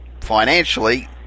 financially